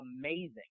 amazing